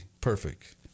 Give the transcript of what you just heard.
perfect